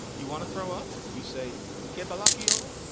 do you want to throw up? you say e k. bellocchio.